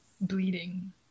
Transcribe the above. bleeding